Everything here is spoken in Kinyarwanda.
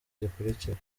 zikurikira